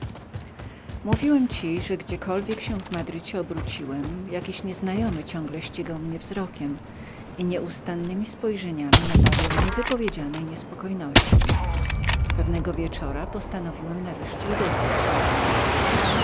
mówiłem ci że będąc w madrycie gdziekolwiek się obróciłem jakiś nieznajomy ciągle ścigał mnie wzrokiem i nieustannemi spojrzeniami nabawiał niewypowiedzianej niespokojności pewnego wieczora postanowiłem nareszcie odezwać się do niego